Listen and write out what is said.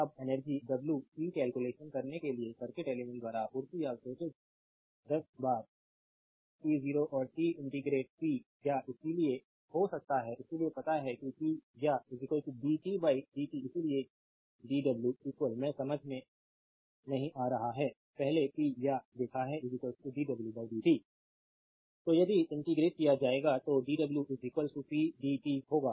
अब energy w की calculation करने के लिए सर्किट एलीमेंट द्वारा आपूर्ति या अवशोषित दस बार t 0 और t इंटीग्रेटेड p या इसलिए हो सकता है इसलिए पता है कि p या dt dt इसलिए dw मै समझ में नहीं आ रहा है पहले p या देखा है dw dt तो यदि इंटेग्रटे किया जाएगा तो dw pdt होगा